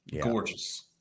gorgeous